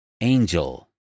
Angel